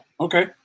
Okay